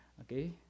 okay